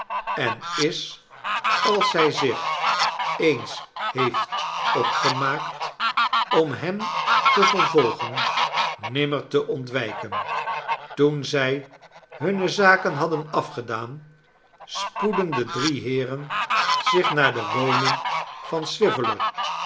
en is als zij zich eens heeft opgemaakt om hem te vervolgen nimrner te ontwijken toen zij hunne zaken hadden afgedaan spoedden de drie heeren zich naar de woning van